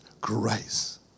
grace